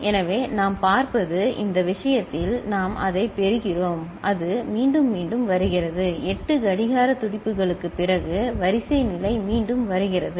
எனவே நாம் பார்ப்பது இந்த விஷயத்தில் நாம் அதைப் பெறுகிறோம் அது மீண்டும் மீண்டும் வருகிறது 8 கடிகார துடிப்புகளுக்குப் பிறகு வரிசை நிலை மீண்டும் வருகிறது சரி